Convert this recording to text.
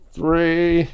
Three